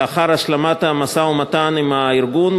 לאחר השלמת המשא-ומתן עם הארגון,